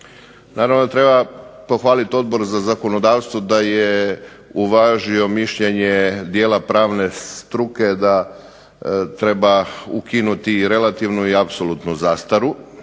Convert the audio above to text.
Naravno da treba pohvaliti Odbor za zakonodavstvo da je uvažio mišljenje dijela pravne struke da treba ukinuti relativnu i apsolutnu zastaru.